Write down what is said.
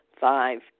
Five